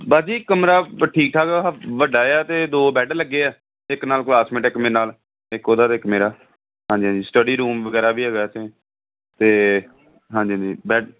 ਬਸ ਜੀ ਕਮਰਾ ਠੀਕ ਠਾਕ ਵੱਡਾ ਆ ਅਤੇ ਦੋ ਬੈੱਡ ਲੱਗੇ ਆ ਇੱਕ ਨਾਲ ਕਲਾਸਮੇਟ ਇੱਕ ਮੇਰੇ ਨਾਲ ਇੱਕ ਉਹਦਾ ਅਤੇ ਇੱਕ ਮੇਰਾ ਹਾਂਜੀ ਹਾਂਜੀ ਸਟੱਡੀ ਰੂਮ ਵਗੈਰਾ ਵੀ ਹੈਗਾ ਇੱਥੇ ਤੇ ਹਾਂਜੀ ਹਾਂਜੀ